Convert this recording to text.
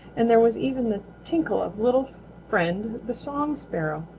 and there was even the tinkle of little friend the song sparrow.